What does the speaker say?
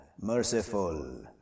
merciful